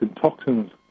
toxins